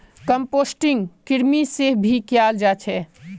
composting कृमि से भी कियाल जा छे